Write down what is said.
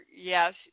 Yes